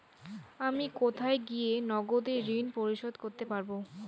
আমি কোথায় গিয়ে নগদে ঋন পরিশোধ করতে পারবো?